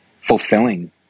fulfilling